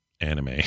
anime